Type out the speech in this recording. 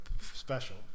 special